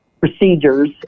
procedures